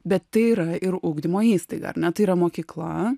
bet tai yra ir ugdymo įstaiga ar ne tai yra mokykla